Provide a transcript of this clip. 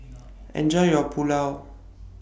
Enjoy your Pulao